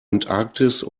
antarktis